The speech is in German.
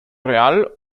real